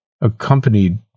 accompanied